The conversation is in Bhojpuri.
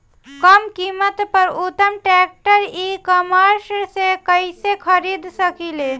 कम कीमत पर उत्तम ट्रैक्टर ई कॉमर्स से कइसे खरीद सकिले?